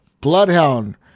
Bloodhound